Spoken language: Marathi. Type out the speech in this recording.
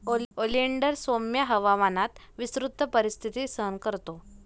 ओलिंडर सौम्य हवामानात विस्तृत परिस्थिती सहन करतो